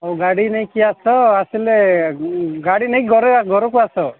ହଉ ଗାଡ଼ି ନେଇକି ଆସ ଆସିଲେ ଗାଡ଼ି ନେଇକି ଘର ଘରକୁ ଆସ